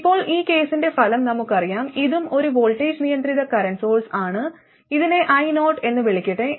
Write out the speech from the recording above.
ഇപ്പോൾ ഈ കേസിന്റെ ഫലം നമുക്കറിയാം ഇതും ഒരു വോൾട്ടേജ് നിയന്ത്രിത കറന്റ് സോഴ്സ് ആണ് ഇതിനെ io എന്ന് വിളിക്കട്ടെ